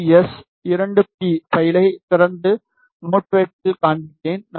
ஜியின் எஸ்2பி பைலை திறந்த நோட்பேடில் காண்பிப்பேன்